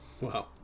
Wow